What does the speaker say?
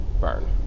Burn